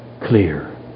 clear